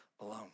alone